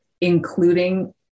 including